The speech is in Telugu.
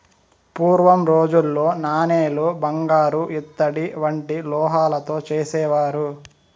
పూర్వం రోజుల్లో నాణేలు బంగారు ఇత్తడి వంటి లోహాలతో చేసేవారు